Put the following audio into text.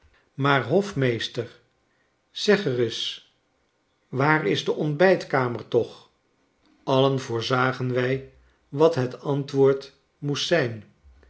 rondkeek maarhofmeester zeg reis waar is de ontbijtkamer toch allen voorzagen wij wat het antwoord moest zijn